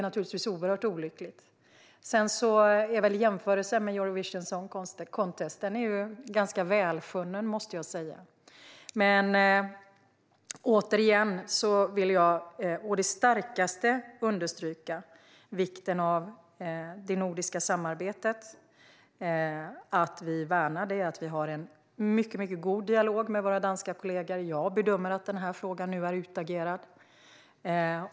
Jag måste säga att jämförelsen med Eurovision Song Contest är ganska välfunnen. Återigen vill jag å det starkaste understryka vikten av det nordiska samarbetet, att vi värnar det och att vi har en mycket god dialog med våra danska kollegor. Jag bedömer att den här frågan nu är utagerad.